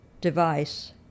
device